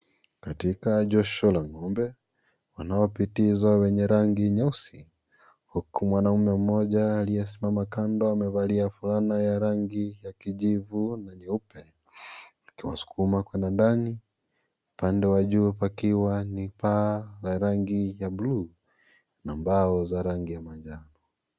Katika josho la ngombe wanapopitizwa kuwenye rangi nyeusi huku mwanaume mmoja aliyesimama Kando amevalia fulana ya rangi ya kijivu na nyeupe, akiwaskuma kuenda ndani ,upande wa juu pakiwa ni paa ya rangi ya bluu na mbao za rangi ya manjano.